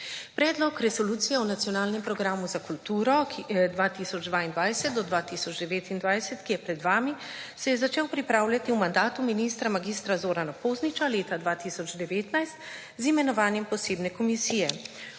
Predlog resolucije o nacionalnem programju za kulturo 2022-2029, ki je pred vami, se je začel pripravljati v mandatu ministra mag. Zorana Pozniča leta 2019 z imenovanjem posebne komisije.